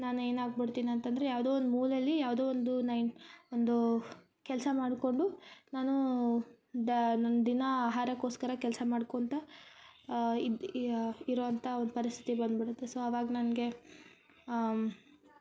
ನಾನು ಏನಾಗ್ಬಿಡ್ತೀನಿ ಅಂತಂದರೆ ಯಾವುದೋ ಒಂದು ಮೂಲೆಯಲ್ಲಿ ಯಾವುದೋ ಒಂದು ನೈ ಒಂದು ಕೆಲಸ ಮಾಡ್ಕೊಂಡು ನಾನು ದ ನನ್ನ ದಿನ ಆಹಾರಕೋಸ್ಕರ ಕೆಲಸ ಮಾಡ್ಕೊಳ್ತಾ ಇರೋವಂಥ ಪರಿಸ್ಥಿತಿ ಬಂದ್ಬಿಡತ್ತೆ ಸೊ ಅವಾಗ ನನಗೆ